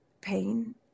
pain